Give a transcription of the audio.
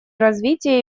развития